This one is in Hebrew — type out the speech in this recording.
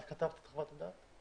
את כתבת את חוות הדעת?